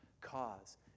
cause